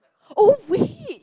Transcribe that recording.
oh wait